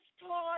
toy